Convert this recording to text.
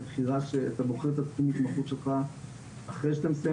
אתה בוחר את תחום ההתמחות שלך אחרי שאתה מסיים